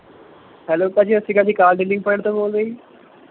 hello ਭਾਅ ਜੀ ਸਤਿ ਸ਼੍ਰੀ ਅਕਾਲ ਜੀ ਕਾਰ ਡੀਲਿੰਗ ਪੁਆਇੰਟ ਤੋਂ ਬੋਲਦੇ ਹੋ ਜੀ